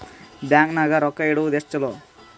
Bank ನಾಗ ರೊಕ್ಕ ಇಡುವುದು ಎಷ್ಟು ಚಲೋ?